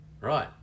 Right